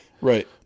Right